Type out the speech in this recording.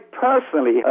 personally